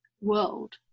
world